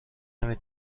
نمی